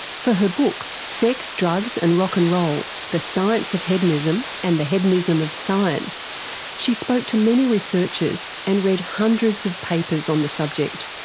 for her book sex, drugs and rock n and roll the science of hedonism and the hedonism of science she spoke to many researchers and read hundreds of papers on the subject.